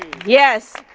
yes.